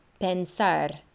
pensar